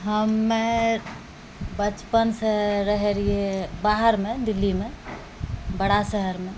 हमे बचपनसँ रहय रहियै बाहरमे दिल्लीमे बड़ा शहरमे